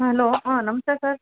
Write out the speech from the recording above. hello ಹಾಂ ನಮಸ್ತೆ sir